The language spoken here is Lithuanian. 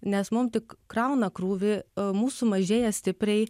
nes mum tik krauna krūvį mūsų mažėja stipriai